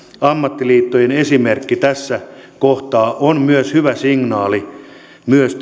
ammattiliittojen esimerkki tässä kohtaa on hyvä signaali myös